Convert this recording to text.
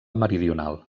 meridional